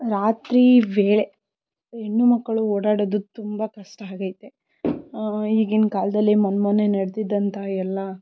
ರಾತ್ರಿ ವೇಳೆ ಹೆಣ್ಣು ಮಕ್ಕಳು ಓಡಾಡೋದು ತುಂಬ ಕಷ್ಟ ಆಗೈತೆ ಈಗಿನ ಕಾಲದಲ್ಲಿ ಮೊನ್ನೆ ಮೊನ್ನೆ ನಡೆದಂತಹ ಎಲ್ಲ